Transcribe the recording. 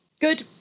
good